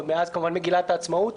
עוד מאז מגילת העצמאות,